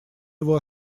его